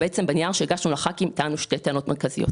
בנייר שהגשנו לחברי הכנסת טענו שתי טענות מרכזיות.